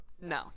No